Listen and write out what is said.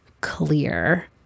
clear